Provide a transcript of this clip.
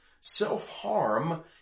Self-harm